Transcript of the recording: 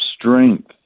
strength